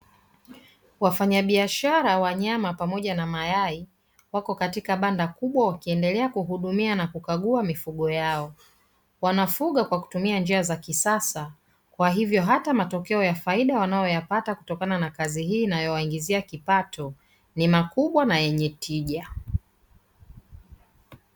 Wafanyabiashara wa nyama pamoja na mayai, wapo katika banda kubwa wakiendelea kuhudumia na kukagua mifugo yao. Wanafuga kwa kutumia njia za kisasa, kwa hivyo hata matokeo ya faida wanayoyapata kutokana na kazi hii inayowaingizia kipato ni makubwa na yenye tija.